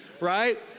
right